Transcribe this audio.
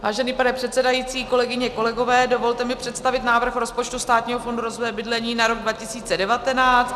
Vážený pane předsedající, kolegyně, kolegové, dovolte mi představit návrh rozpočtu Státního fondu rozvoje bydlení na rok 2019.